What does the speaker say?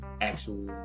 actual